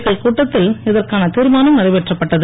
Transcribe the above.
க்கள் கூட்டத்தில் இதற்கான தீர்மானம் நிறைவேற்றப்பட்டது